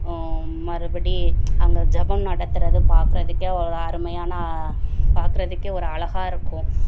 மறுபடி அங்கே ஜபம் நடத்துவது பார்க்கறதுக்கே ஒரு அருமையான பார்க்கறதுக்கே ஒரு அழகா இருக்கும்